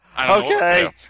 okay